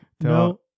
no